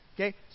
Okay